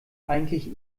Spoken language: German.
eigentlich